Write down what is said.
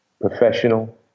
professional